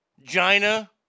Gina